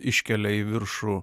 iškelia į viršų